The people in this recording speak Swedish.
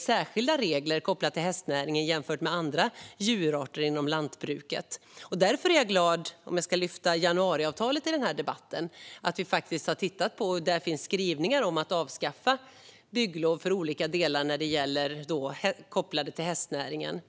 särskilda regler gäller för hästnäringen jämfört med andra djurarter inom lantbruket. Därför är jag glad - om jag ska lyfta januariavtalet i denna debatt - över att vi har tittat på detta och att det finns skrivningar om att avskaffa bygglov på olika områden kopplade till hästnäringen.